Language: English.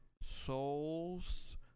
Soul's